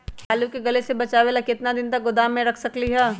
आलू के गले से बचाबे ला कितना दिन तक गोदाम में रख सकली ह?